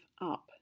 up